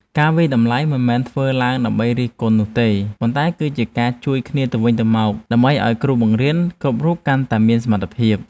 ការវាយតម្លៃមិនមែនធ្វើឡើងដើម្បីរិះគន់នោះទេតែគឺជាការជួយគ្នាទៅវិញទៅមកដើម្បីឱ្យគ្រូបង្រៀនគ្រប់រូបកាន់តែមានសមត្ថភាព។